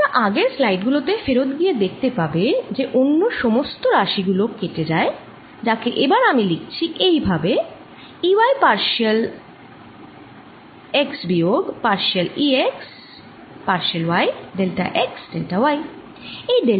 তোমরা আগের স্লাইড গুলোতে ফেরত গিয়ে দেখতে পাবে যে অন্য সমস্ত রাশি গুলো কেটে যায় যাকে এবার আমি লিখছি এইভাবে E y পার্শিয়াল x বিয়োগ partial E x partial y delta x delta y